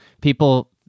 People